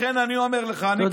לכן, אני אומר לך, תודה.